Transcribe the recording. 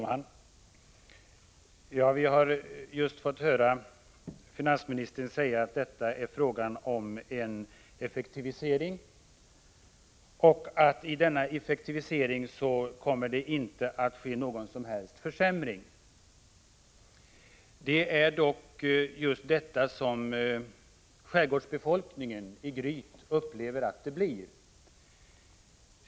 Herr talman! Vi har nu fått höra finansministern säga att det här är fråga om en effektivisering och att det i denna effektivisering inte kommer att ske någon som helst försämring. Det är dock just detta som skärgårdsbefolkningen i Gryt upplever att det blir.